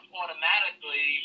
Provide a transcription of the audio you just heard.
automatically